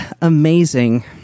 amazing